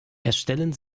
erstellen